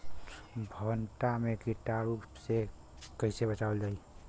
भनटा मे कीटाणु से कईसे बचावल जाई?